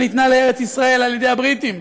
שניתנה לארץ ישראל על ידי הבריטים.